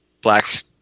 black